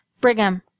Brigham